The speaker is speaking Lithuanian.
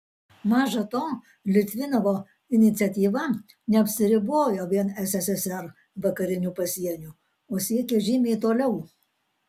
maža to litvinovo iniciatyva neapsiribojo vien sssr vakariniu pasieniu o siekė žymiai toliau